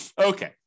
Okay